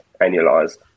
annualized